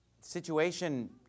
Situation